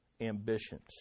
ambitions